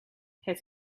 het